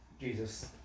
Jesus